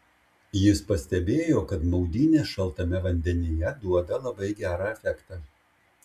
jis pastebėjo kad maudynės šaltame vandenyje duoda labai gerą efektą